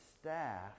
staff